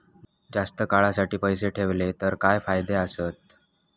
जास्त काळासाठी पैसे ठेवले तर काय फायदे आसत?